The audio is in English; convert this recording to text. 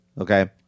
Okay